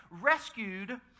rescued